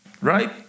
right